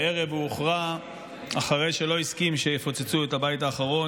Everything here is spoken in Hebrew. בערב הוא הוכרע אחרי שלא הסכים שיפוצצו את הבית האחרון,